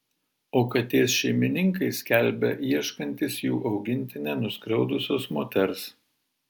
o katės šeimininkai skelbia ieškantys jų augintinę nuskriaudusios moters